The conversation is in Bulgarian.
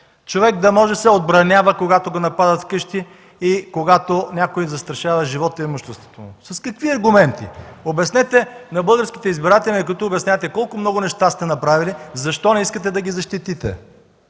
човек да може да се отбранява, когато го нападат вкъщи и когато някой застрашава живота и имуществото му! С какви аргументи? Обяснете на българските избиратели, на които обяснявате колко много неща сте направили, защо не искате да ги защитите!